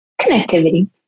Connectivity